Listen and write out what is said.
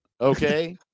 Okay